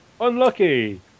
Unlucky